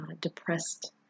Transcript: depressed